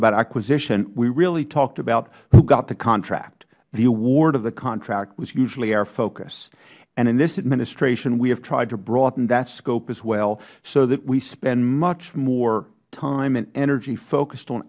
about acquisition we really talked about who got the contract the award of the contract was usually our focus and in this administration we have tried to broaden that scope as well so that we spend much more time and energy focused on